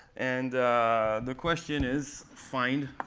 and the question is, find